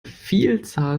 vielzahl